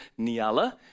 Niala